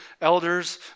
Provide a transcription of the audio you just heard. elders